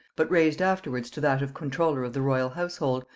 but raised afterwards to that of comptroller of the royal household,